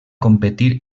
competir